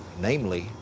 Namely